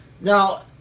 Now